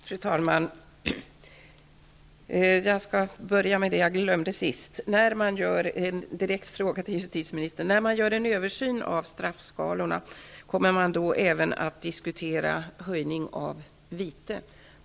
Fru talman! Jag skall börja med det jag glömde sist. När man gör en översyn av straffskalorna, kommer man då även att diskutera en höjning av vitet?